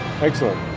excellent